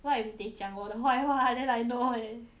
what if they 讲我的坏话 then I know eh